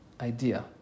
idea